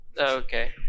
okay